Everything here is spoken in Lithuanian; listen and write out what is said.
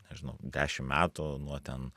nežinau dešim metų nuo ten